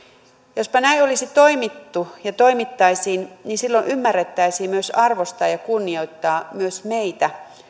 jospa näin olisi toimittu ja toimittaisiin niin silloin ymmärrettäisiin arvostaa ja ja kunnioittaa myös meitä